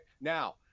now